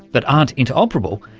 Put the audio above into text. that aren't interoperable,